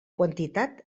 quantitat